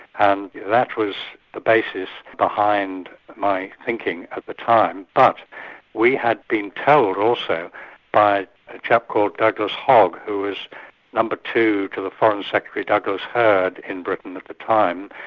and that was the basis behind my thinking at the time. but we had been told also by a chap called douglas hogg who was no. but two to the foreign secretary, douglas hird in britain at the time,